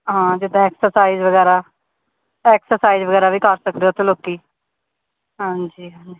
ਹਾਂ ਜਿੱਦਾਂ ਐਕਸਰਸਾਈਜ਼ ਵਗੈਰਾ ਐਕਸਰਸਾਈਜ਼ ਵਗੈਰਾ ਵੀ ਕਰ ਸਕਦੇ ਉੱਥੇ ਲੋਕ ਹਾਂਜੀ ਹਾਂਜੀ